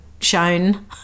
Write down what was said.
shown